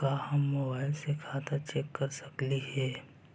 का हम मोबाईल से खाता चेक कर सकली हे?